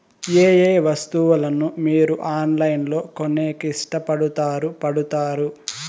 ఏయే వస్తువులను మీరు ఆన్లైన్ లో కొనేకి ఇష్టపడుతారు పడుతారు?